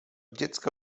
dziecka